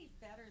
better